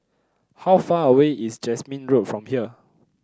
how far away is Jasmine Road from here